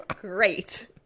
Great